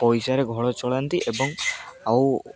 ପଇସାରେ ଘର ଚଳାନ୍ତି ଏବଂ ଆଉ